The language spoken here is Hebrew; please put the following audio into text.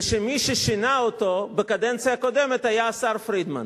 מי ששינה אותו בקדנציה הקודמת היה השר פרידמן.